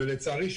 ולצערי,